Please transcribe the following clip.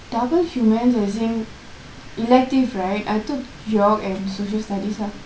double humans as in elective right I took geog and social studies ah